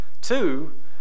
Two